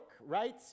right